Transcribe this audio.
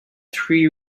three